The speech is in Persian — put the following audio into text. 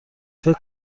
فکر